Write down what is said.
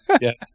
Yes